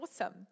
awesome